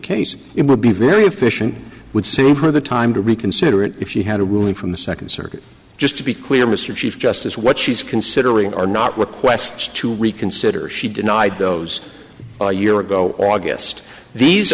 case it would be very efficient would say for the time to reconsider it if she had a ruling from the second circuit just to be clear mr chief justice what she's considering are not requests to reconsider she denied those a year ago august these